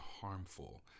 harmful